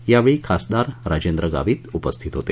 यावेळी खासदार राजेंद्र गावित उपस्थित होते